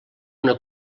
una